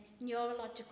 neurological